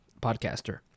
podcaster